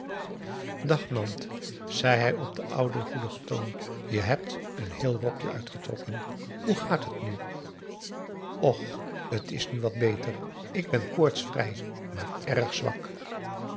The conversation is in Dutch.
nant zei hij op den ouden goedigen toon je hebt een heel rokje uitgetrokken hoe gaat het nu och t is nu wat beter ik ben koortsvrij maar erg zwak